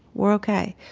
we're okay,